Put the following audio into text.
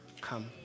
come